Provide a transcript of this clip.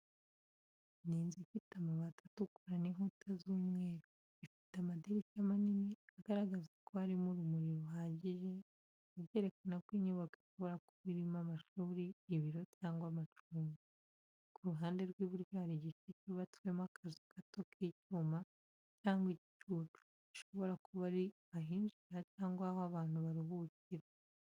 Ni inzu ifite amabati atukura n’inkuta z’umweru. Ifite amadirishya manini, agaragaza ko harimo urumuri ruhagije, bikaba byerekana ko inyubako ishobora kuba irimo amashuri, ibiro cyangwa amacumbi. Ku ruhande rw'iburyo hari igice cyubatsemo akazu gato k'icyuma cyangwa igicucu, gishobora kuba ari ahinjirira cyangwa aho abantu baruhukira.